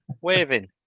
Waving